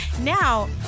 Now